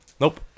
Nope